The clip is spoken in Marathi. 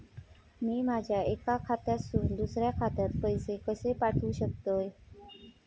मी माझ्या एक्या खात्यासून दुसऱ्या खात्यात पैसे कशे पाठउक शकतय?